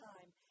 time